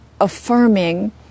affirming